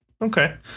okay